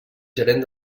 gerent